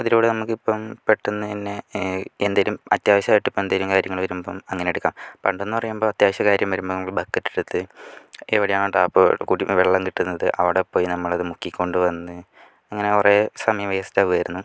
അതിലൂടെ നമുക്ക് ഇപ്പം പെട്ടന്ന് തന്നെ എന്തേലും അത്യാവശ്യമായിട്ട് എന്തെങ്കിലും കാര്യങ്ങളും വരുമ്പോൾ അങ്ങനെ എടുക്കാം പണ്ടെന്നു പറയുമ്പോൾ അത്യാവശ്യം കാര്യം വരുമ്പോൾ ബക്കറ്റെടുത്ത് എവിടെയാണോ ടേപ്പ് കുടിവെള്ളം കിട്ടുന്നത് അവിടെ പോയി നമ്മളത് മുക്കിക്കൊണ്ടുവന്ന അങ്ങനെ കുറെ സമയം വേസ്റ്റ് ആകും ആയിരുന്നു